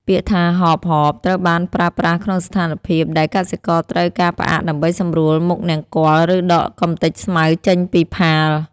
ពាក្យថា ហបៗ ត្រូវបានប្រើប្រាស់ក្នុងស្ថានភាពដែលកសិករត្រូវការផ្អាកដើម្បីសម្រួលមុខនង្គ័ល ឬដកកម្ទេចស្មៅចេញពីផាល។